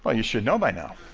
ah you should know by now,